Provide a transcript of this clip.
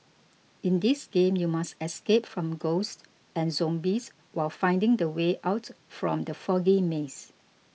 in this game you must escape from ghosts and zombies while finding the way out from the foggy maze